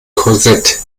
korsett